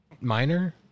minor